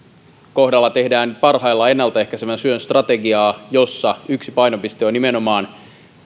kohdalla tehdään parhaillaan ennalta ehkäisevän työn strategiaa jossa yksi painopiste on nimenomaan